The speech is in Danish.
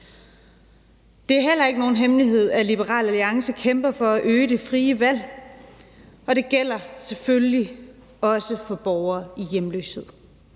Det er ikke nogen hemmelighed, at Liberal Alliance kæmper for at øge det frie valg, og det gælder selvfølgelig også for borgere i hjemløshed.